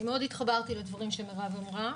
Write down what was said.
התחברתי מאוד לדברים שמירב אמרה.